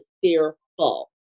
fearful